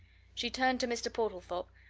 she turned to mr. portlethorpe.